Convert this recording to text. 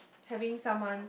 having someone